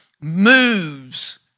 moves